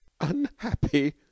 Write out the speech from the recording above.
unhappy